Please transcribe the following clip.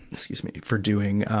excuse me, for doing, um,